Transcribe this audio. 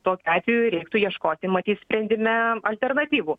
tokiu atveju reiktų ieškoti matyt sprendime alternatyvų